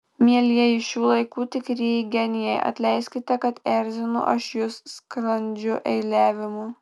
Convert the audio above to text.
mielieji šių laikų tikrieji genijai atleiskite kad erzinu aš jus sklandžiu eiliavimu